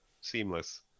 seamless